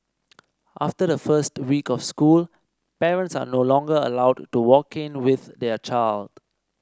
after the first week of school parents are no longer allowed to walk in with their child